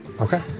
Okay